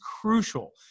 crucial